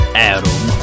Adam